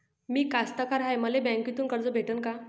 मी कास्तकार हाय, मले बँकेतून कर्ज भेटन का?